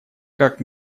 как